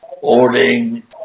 ordering